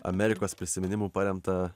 amerikos prisiminimų paremtą